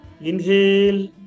Inhale